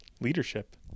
Leadership